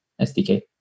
SDK